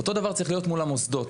אותו דבר צריך להיות מול המוסדות.